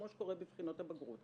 כמו שקורה בבחינות הבגרות,